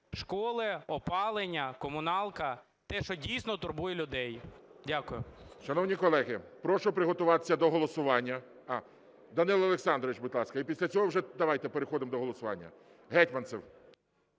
школи, опалення, комуналка, те, що дійсно турбує людей. Дякую. ГОЛОВУЮЧИЙ. Шановні колеги, прошу приготуватися до голосування. Данило Олександрович, будь ласка. І після цього вже давайте переходимо до голосування. Гетманцев.